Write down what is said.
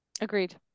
Agreed